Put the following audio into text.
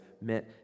meant